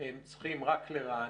הם צריכים רק לרענן?